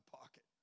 pocket